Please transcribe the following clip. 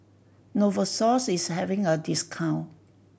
Novosource is having a discount